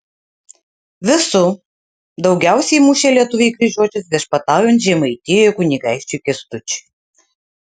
visų daugiausiai mušė lietuviai kryžiuočius viešpataujant žemaitijoje kunigaikščiui kęstučiui